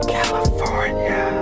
California